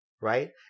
right